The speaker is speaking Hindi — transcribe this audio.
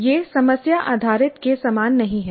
यह समस्या आधारित के समान नहीं है